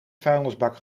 vuilnisbak